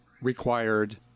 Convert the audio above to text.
required